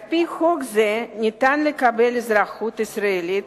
על-פי חוק זה, אפשר לקבל אזרחות ישראלית